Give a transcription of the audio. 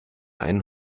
einen